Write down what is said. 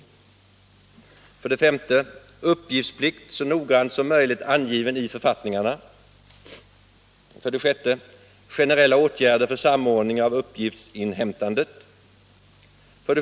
Uppgiftsplikt så noggrant som möjligt angiven i författningarna. Generella åtgärder för samordning av uppgiftsinhämtandet.